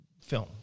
film